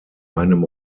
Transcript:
einem